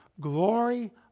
glory